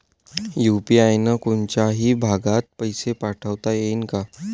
UPI न कोनच्याही भागात पैसे पाठवता येईन का?